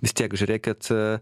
vis tiek žiūrėkit